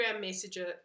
Messenger